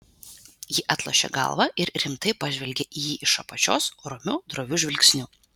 ji atlošė galvą ir rimtai pažvelgė į jį iš apačios romiu droviu žvilgsniu